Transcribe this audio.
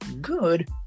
good